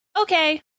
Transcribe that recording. Okay